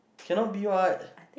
cannot be what